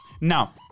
Now